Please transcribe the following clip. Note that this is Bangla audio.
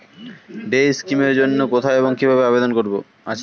ডে স্কিম এর জন্য কোথায় এবং কিভাবে আবেদন করব?